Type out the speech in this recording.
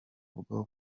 bwo